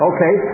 Okay